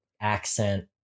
accent